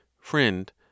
Friend